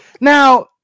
Now